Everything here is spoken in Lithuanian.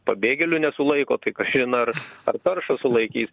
pabėgėlių nesulaiko tai kažin ar ar taršą sulaikys